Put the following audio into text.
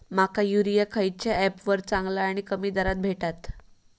माका युरिया खयच्या ऍपवर चांगला आणि कमी दरात भेटात?